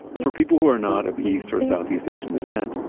for people who are not of east or southeast asian descent,